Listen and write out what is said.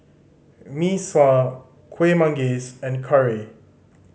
Mee Sua Kueh Manggis and curry